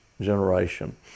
generation